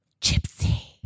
Gypsy